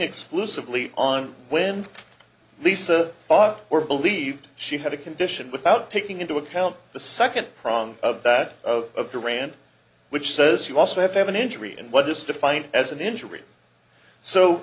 exclusively on when lisa or believed she had a condition without taking into account the second prong of that of the rand which says you also have to have an injury and what this defined as an injury so